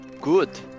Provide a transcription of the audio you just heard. good